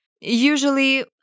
Usually